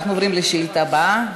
אנחנו עוברים לשאילתה הבאה,